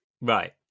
Right